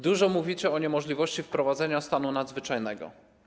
Dużo mówicie o niemożliwości wprowadzenia stanu nadzwyczajnego.